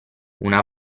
una